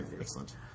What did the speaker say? Excellent